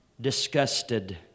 disgusted